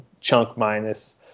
chunk-minus